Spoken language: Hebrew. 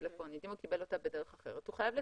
אם הוא קיבל אותה בדרך אחרת הוא חייב לתעד.